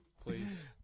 please